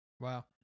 Wow